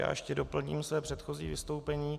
Já ještě doplním své předchozí vystoupení.